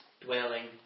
dwelling